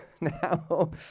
now